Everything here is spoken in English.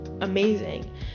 amazing